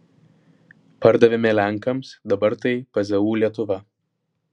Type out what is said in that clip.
pardavėme lenkams dabar tai pzu lietuva